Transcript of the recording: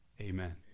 Amen